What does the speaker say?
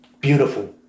beautiful